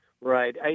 Right